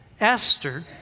Esther